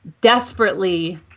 desperately